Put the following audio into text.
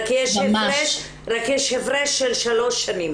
רק יש הפרש של שלוש שנים.